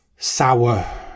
sour